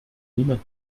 niemand